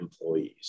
employees